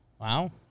Wow